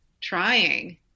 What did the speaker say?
trying